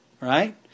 right